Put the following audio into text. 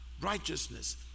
righteousness